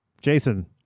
Jason